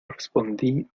respondí